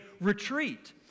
retreat